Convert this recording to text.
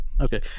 Okay